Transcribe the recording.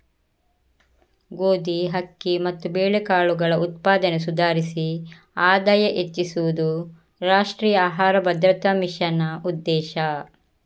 ಗೋಧಿ, ಅಕ್ಕಿ ಮತ್ತು ಬೇಳೆಕಾಳುಗಳ ಉತ್ಪಾದನೆ ಸುಧಾರಿಸಿ ಆದಾಯ ಹೆಚ್ಚಿಸುದು ರಾಷ್ಟ್ರೀಯ ಆಹಾರ ಭದ್ರತಾ ಮಿಷನ್ನ ಉದ್ದೇಶ